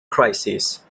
crisis